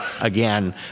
again